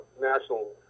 national